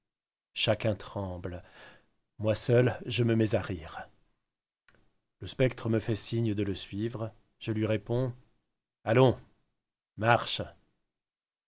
chacun tremble moi seul je me mets à rire le spectre me fait signe de le suivre je lui réponds allons marche